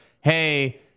hey